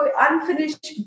unfinished